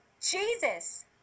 Jesus